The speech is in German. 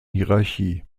hierarchie